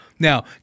Now